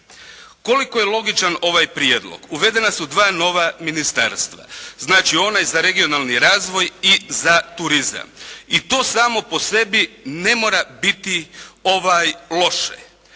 Koliko je logičan ovaj prijedlog? Uvedena su dva nova ministarstva. Znači onaj za regionalni razvoj i za turizam. I to samo po sebi ne mora biti loše.